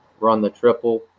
RunTheTriple